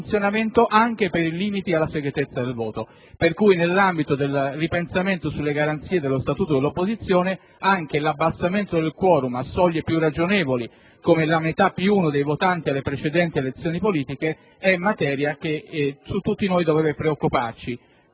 funzionamento anche per i limiti alla segretezza del voto. Pertanto, nell'ambito del ripensamento sulle garanzie dello statuto dell'opposizione, anche l'abbassamento del *quorum* a soglie più ragionevoli, come la metà più uno dei votanti alle precedenti elezioni politiche, è materia di cui tutti noi dovremmo preoccuparci.